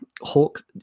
hawk